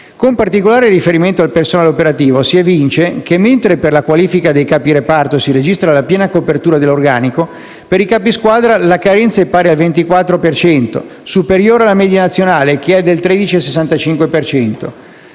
Con particolare riferimento al personale operativo, si evince che, mentre per la qualifica dei capi reparto si registra la piena copertura dell'organico, per i capi squadra la carenza è pari al 24 per cento, superiore alla media nazionale che è del 13,65